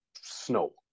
snow